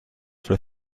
for